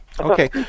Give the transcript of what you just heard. Okay